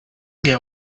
get